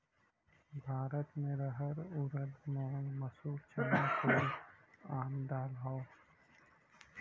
भारत मे रहर ऊरद मूंग मसूरी चना कुल आम दाल हौ